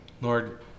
Lord